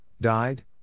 died